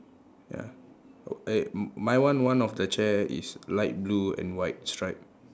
ya eh my one one of the chair is light blue and white stripe